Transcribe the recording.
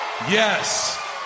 yes